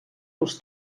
los